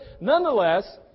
nonetheless